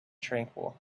tranquil